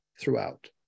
throughout